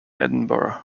edinburgh